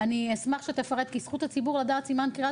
אשמח שתפרט כי זכות הציבור לדעת סימן קריאה